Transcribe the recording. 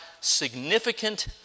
significant